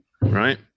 Right